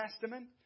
Testament